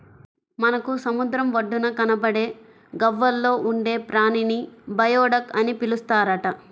మనకు సముద్రం ఒడ్డున కనబడే గవ్వల్లో ఉండే ప్రాణిని జియోడక్ అని పిలుస్తారట